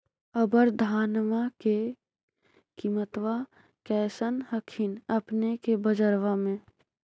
अबर धानमा के किमत्बा कैसन हखिन अपने के बजरबा में?